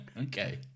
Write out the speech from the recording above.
Okay